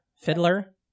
fiddler